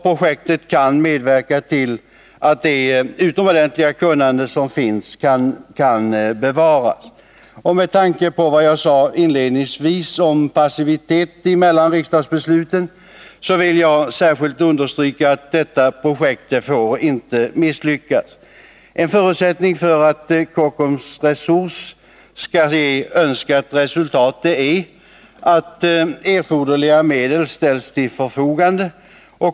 Projektet kan medverka till att det utomordentliga kunnande som finns kan bevaras. Och med tanke på vad jag sade inledningsvis om passivitet mellan riksdagsbesluten, vill jag särskilt understryka att detta projekt inte får misslyckas. En förutsättning för att Kockum Resurs skall ge önskat resultat är att erforderliga medel ställs till förfogande.